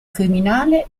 criminale